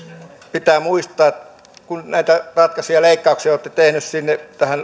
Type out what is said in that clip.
pitää muistaa että kun näitä ratkaisevia leikkauksia olette tehneet tähän